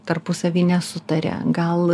tarpusavy nesutaria gal